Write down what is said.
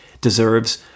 deserves